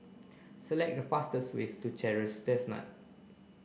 select the fastest ways to Chestnut Terrace